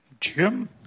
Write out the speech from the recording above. Jim